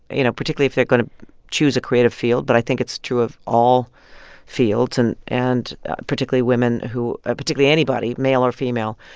you know, particularly if they're going to choose a creative field. but i think it's true of all fields and and particularly women who ah particularly anybody, male or female,